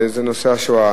וזה נושא השואה.